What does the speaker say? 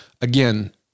again